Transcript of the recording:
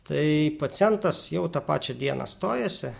tai pacientas jau tą pačią dieną stojasi